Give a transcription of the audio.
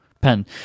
pen